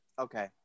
Okay